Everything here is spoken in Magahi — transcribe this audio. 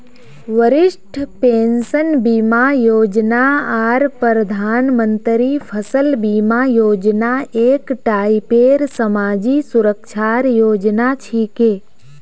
वरिष्ठ पेंशन बीमा योजना आर प्रधानमंत्री फसल बीमा योजना एक टाइपेर समाजी सुरक्षार योजना छिके